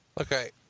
Okay